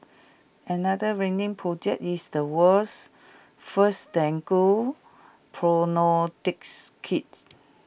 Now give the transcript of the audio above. another winning project is the world's first dengue kits